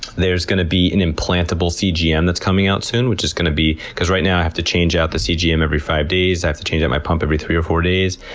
there's going to be an implantable cgm that's coming out soon, which is going to be, right now i have to change out the cgm every five days. i have to change out my pump every three or four days.